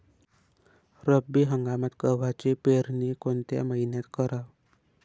रब्बी हंगामात गव्हाची पेरनी कोनत्या मईन्यात कराव?